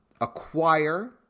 acquire